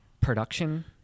production